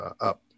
up